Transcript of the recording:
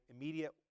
immediate